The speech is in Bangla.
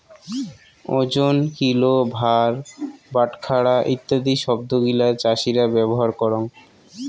ওজন, কিলো, ভার, বাটখারা ইত্যাদি শব্দ গিলা চাষীরা ব্যবহার করঙ